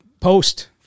post